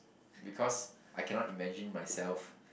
because I cannot imagine myself